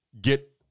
get